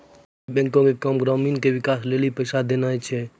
सहकारी बैंको के काम ग्रामीणो के विकास के लेली पैसा देनाय छै